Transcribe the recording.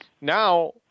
Now